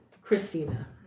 Christina